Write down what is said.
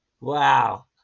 Wow